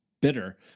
bitter